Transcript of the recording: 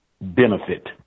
benefit